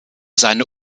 seine